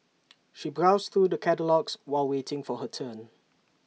she browsed through the catalogues while waiting for her turn